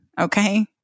okay